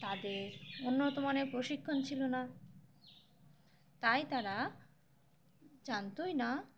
তাদের উন্নত মানের প্রশিক্ষণ ছিল না তাই তারা জানতই না